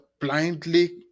blindly